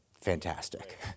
fantastic